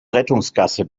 rettungsgasse